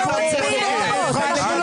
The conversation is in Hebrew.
אל תמציא פה חוקים.